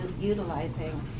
utilizing